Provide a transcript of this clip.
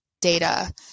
data